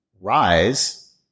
rise